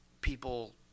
people